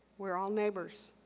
we're all neighbors.